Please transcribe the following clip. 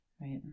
Right